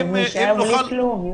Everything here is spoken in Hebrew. אז נישאר בלי כלום.